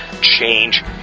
Change